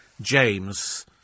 James